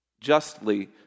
justly